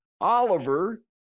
Oliver